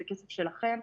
זה כסף שלכם.